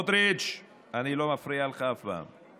סמוטריץ', אני לא מפריע לך אף פעם.